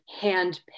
handpicked